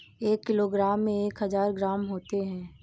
एक किलोग्राम में एक हजार ग्राम होते हैं